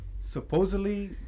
Supposedly